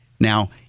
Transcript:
Now